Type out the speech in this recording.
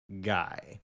guy